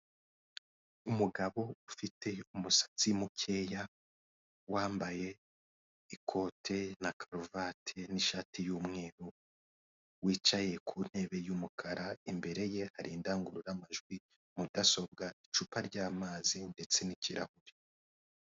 Umugabo ufite umusatsi mukeya wambaye ikote na karuvati n'ishati y'umweru wicaye ku ntebe y'umukara, imbere ye hari indangururamajwi mudasobwa icupa ry'amazi ndetse n'ikirahure.